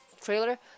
trailer